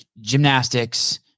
gymnastics